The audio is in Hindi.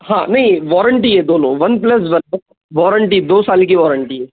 हाँ नहीं वारंटी है दोनों वन प्लस वन वारंटी दो साल की वारंटी है